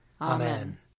Amen